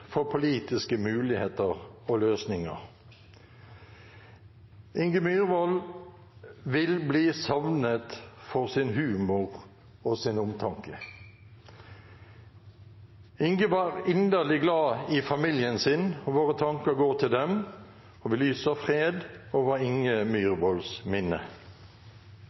for politiske muligheter og løsninger. Inge Myrvoll vil bli savnet for sin humor og sin omtanke. Inge var inderlig glad i familien sin, og våre tanker går til dem. Vi lyser fred over Inge Myrvolls minne.